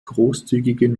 großzügigen